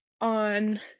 on